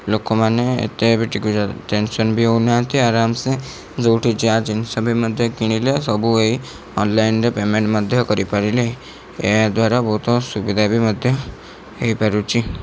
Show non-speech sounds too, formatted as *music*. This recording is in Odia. ଲୋକମାନେ ଏତେ *unintelligible* ଟେନ୍ସନ୍ ବି ହଉ ନାହାଁନ୍ତି ଆରାମ ସେ ଯେଉଁଠି ଯାହା ଜିନିଷ ବି ମଧ୍ୟ କିଣିଲେ ସବୁ ଏହି ଅନଲାଇନରେ ପେମେଣ୍ଟ ମଧ୍ୟ କରିପାରିଲେ ଏହା ଦ୍ବାରା ବହୁତ ସୁବିଧା ବି ମଧ୍ୟ ହେଇପାରୁଛି